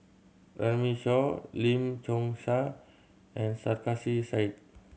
Runme Shaw Lim Chong Yah and Sarkasi Said